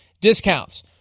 discounts